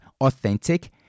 authentic